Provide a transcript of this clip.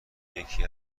یکی